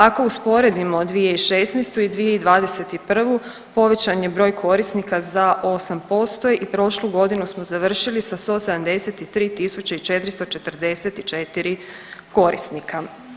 Ako usporedimo 2016. i 2021. povećan je broj korisnika za 8% i prošlu godinu smo završili sa 173.444 korisnika.